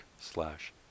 slash